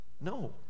No